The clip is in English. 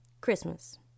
Christmas